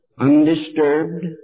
undisturbed